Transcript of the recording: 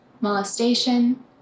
Molestation